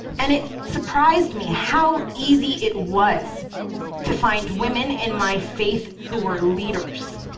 and it surprised me how easy it was to find women in my faith who were leaders,